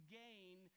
gain